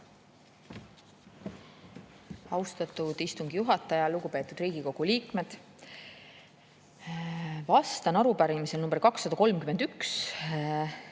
Austatud istungi juhataja! Lugupeetud Riigikogu liikmed! Vastan arupärimisele number 231,